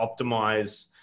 optimize